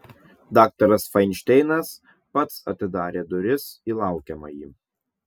daktaras fainšteinas pats atidarė duris į laukiamąjį